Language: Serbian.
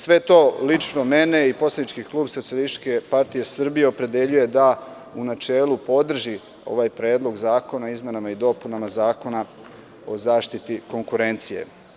Sve to lično mene i poslanički klub SPS opredeljuje da u načelu podržimo ovaj predlog zakona o izmenama i dopunama Zakona o zaštiti konkurencije.